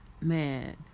man